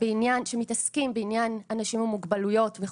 ומתעסקים בנושא של עובדים עם מוגבלויות.